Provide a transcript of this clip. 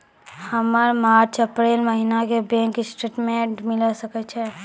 हमर March April महीना के बैंक स्टेटमेंट मिले सकय छै?